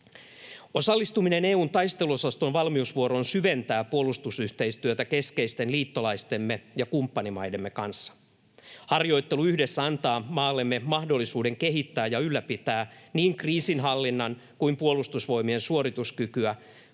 Osallistuminen EU:n taisteluosaston valmiusvuoroon syventää puolustusyhteistyötä keskeisten liittolaistemme ja kumppanimaidemme kanssa. Harjoittelu yhdessä antaa maallemme mahdollisuuden kehittää ja ylläpitää niin kriisinhallinnan kuin Puolustusvoimien suorituskykyä.